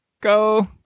Go